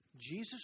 Jesus